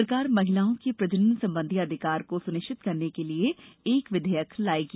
सरकार महिलाओं के प्रजनन संबंधी अधिकार को सुनिश्चित करने के लिए एक विधेयक लायेगी